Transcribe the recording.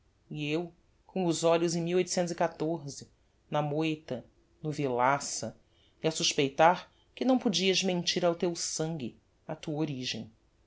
e eu com os olhos em na moita no villaça e a suspeitar que não podias mentir ao teu sangue á tua origem